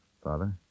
Father